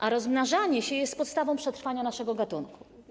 A rozmnażanie się jest podstawą przetrwania naszego gatunku.